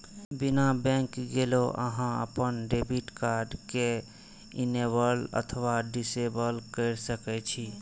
बिना बैंक गेलो अहां अपन डेबिट कार्ड कें इनेबल अथवा डिसेबल कैर सकै छी